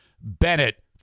Bennett